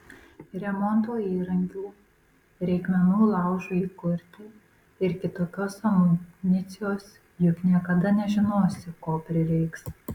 remonto įrankių reikmenų laužui įkurti ir kitokios amunicijos juk niekada nežinosi ko prireiks